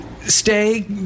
stay